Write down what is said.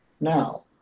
now